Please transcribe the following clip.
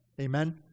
Amen